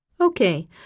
Okay